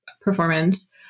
performance